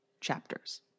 chapters